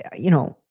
yeah you know,